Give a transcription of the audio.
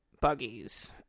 buggies